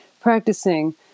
practicing